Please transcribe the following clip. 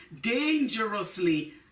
dangerously